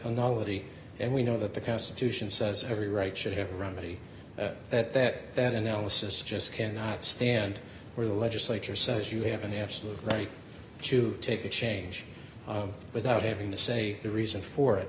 a novelty and we know that the constitution says every right should have run body that that analysis just cannot stand where the legislature says you have an absolute right to take a change without having to say the reason for it